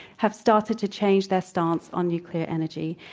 have started to change their stance on nuclear energy.